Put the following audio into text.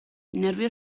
nerbio